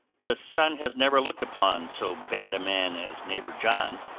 the sun has never looked upon so bad a man as neighbor john.